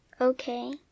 okay